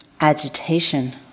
agitation